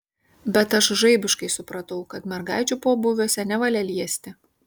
bet aš žaibiškai supratau kad mergaičių pobūviuose nevalia liesti